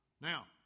Now